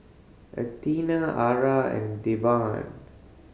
Athena Ara and Devan